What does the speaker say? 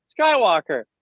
Skywalker